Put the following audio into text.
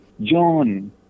John